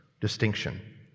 distinction